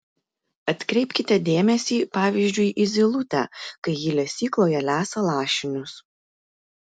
atkreipkite dėmesį pavyzdžiui į zylutę kai ji lesykloje lesa lašinius